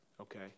Okay